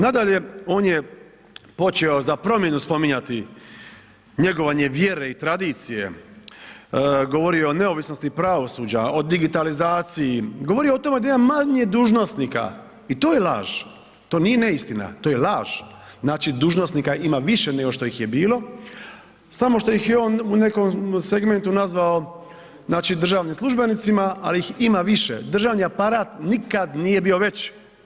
Nadalje, on je počeo za promjenu spominjati njegovanje vjere i tradicije, govorio o neovisnosti pravosuđa, o digitalizaciji, govorio je o tome da ima manje dužnosnika i to je laž, to nije neistina, to je laž, znači dužnosnika ima više nego što ih je bilo, samo što ih je on u nekom segmentu nazvao znači državnim službenicima, al ih ima više, državni aparat nikad nije bio veći.